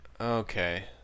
Okay